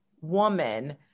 woman